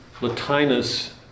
Latinus